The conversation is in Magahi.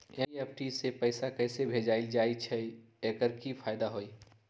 एन.ई.एफ.टी से पैसा कैसे भेजल जाइछइ? एकर की फायदा हई?